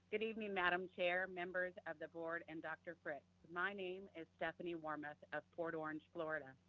good evening, madam chair, members of the board and dr. fritz. my name is stephanie warmoth of port orange, florida.